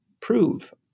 prove